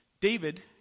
David